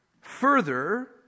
Further